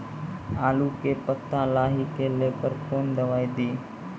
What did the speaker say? आलू के पत्ता लाही के लेकर कौन दवाई दी?